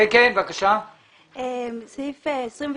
סעיף 27(א).